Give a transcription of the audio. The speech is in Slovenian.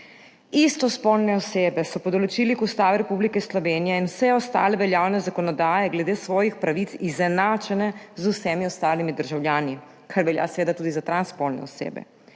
Istospolne osebe so po določilih Ustave Republike Slovenije in vse ostale veljavne zakonodaje glede svojih pravic izenačene z vsemi ostalimi državljani, kar velja seveda tudi za transspolne osebe.